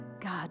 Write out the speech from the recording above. God